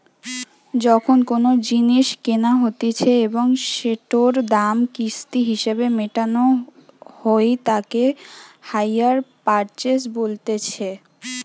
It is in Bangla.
যখন কোনো জিনিস কেনা হতিছে এবং সেটোর দাম কিস্তি হিসেবে মেটানো হই তাকে হাইয়ার পারচেস বলতিছে